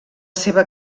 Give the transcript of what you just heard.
seva